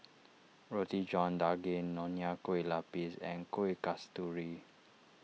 Roti John Daging Nonya Kueh Lapis and Kuih Kasturi